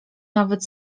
nawet